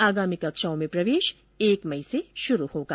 आगामी कक्षाओं में प्रवेश एक मई से शुरू होगा